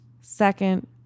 second